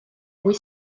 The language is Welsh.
mwy